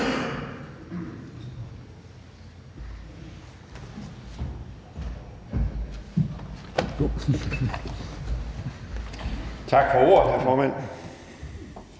Tak for ordet, hr. formand.